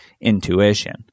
intuition